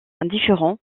indifférent